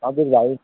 हजुर भाइ